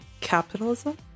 Capitalism